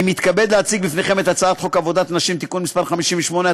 אני מתכבד להציג לפניכם את הצעת חוק עבודת נשים (תיקון מס' 58),